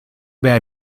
bad